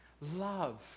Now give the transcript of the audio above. love